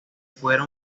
fuera